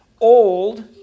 old